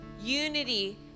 unity